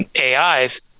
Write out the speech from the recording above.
AIs